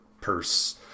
purse